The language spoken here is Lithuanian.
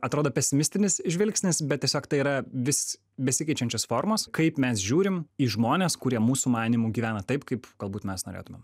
atrodo pesimistinis žvilgsnis bet tiesiog tai yra vis besikeičiančios formos kaip mes žiūrim į žmones kurie mūsų manymu gyvena taip kaip galbūt mes norėtume